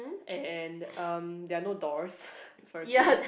and um there are no doors firstly